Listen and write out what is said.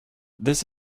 this